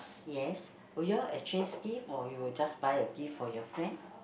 yes will you all exchange gifts or you will just buy a gift for your friend